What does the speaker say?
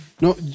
No